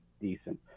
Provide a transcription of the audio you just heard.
decent